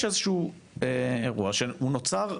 יש איזשהו אירוע שהוא נוצר,